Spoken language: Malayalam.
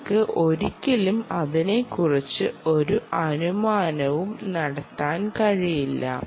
നിങ്ങൾക്ക് ഒരിക്കലും അതിനെക്കുറിച്ച് ഒരു അനുമാനവും നടത്താൻ കഴിയില്ല